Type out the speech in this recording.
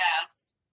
past